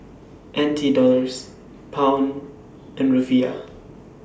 N T Dollars Pound and Rufiyaa